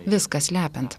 viską slepiant